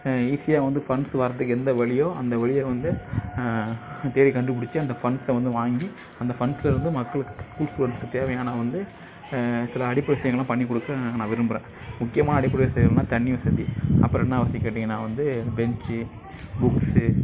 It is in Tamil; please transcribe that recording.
ஈஸியாக வந்து ஃபண்ட்ஸ் வரதுக்கு எந்த வழியோ அந்த வழியை வந்து தேடி கண்டுபிடிச்சு அந்த ஃபண்ட்ஸை வந்து வாங்கி அந்த ஃபண்ட்ஸல இருந்து மக்களுக்கு ஸ்கூல் போகிறதுக்கு தேவையான வந்து சில அடிப்படை வசதிகள்லாம் பண்ணி கொடுக்க நான் விரும்புகிறேன் முக்கியமான அடிப்படை வசதினால் தண்ணி வசதி அப்புறம் என்ன வசதி கேட்டீங்கன்னா வந்து பெஞ்ச் புக்ஸ்